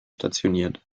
stationiert